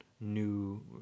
new